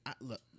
look